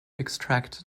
extract